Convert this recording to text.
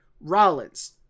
rollins